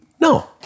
No